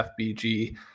FBG